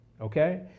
okay